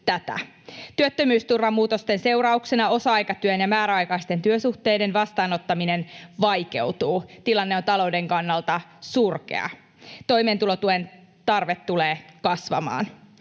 Työttömyysturvamuutosten seurauksena osa-aikatyön ja määräaikaisten työsuhteiden vastaanottaminen vaikeutuu. Tilanne on talouden kannalta surkea. Toimeentulotuen tarve tulee kasvamaan.